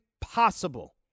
possible